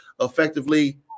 effectively